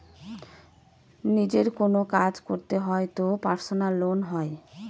নিজের কোনো কাজ করতে হয় তো পার্সোনাল লোন হয়